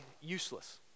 useless